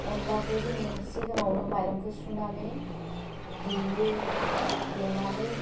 अनलाखो जोङो सिगाङावनो माइरंखौ सुनानै देयो देनानै